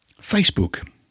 Facebook